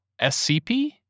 SCP